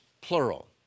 plural